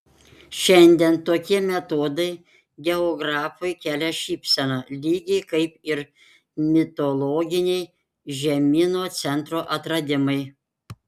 šiandien tokie metodai geografui kelia šypseną lygiai kaip ir mitologiniai žemyno centro atradimai